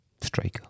Striker